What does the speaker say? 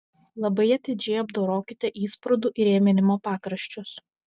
labai atidžiai apdorokite įsprūdų įrėminimo pakraščius